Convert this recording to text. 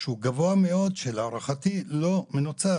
שהוא גבוהה מאוד ולהערכתי הוא לא מנוצל